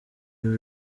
uko